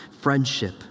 friendship